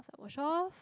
wash off